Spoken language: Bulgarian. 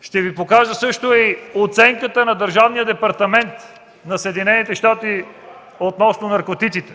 Ще Ви покажа и оценката на Държавния департамент на Съединените щати относно наркотиците.